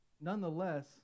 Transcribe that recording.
nonetheless